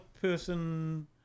person